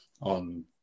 on